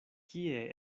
kie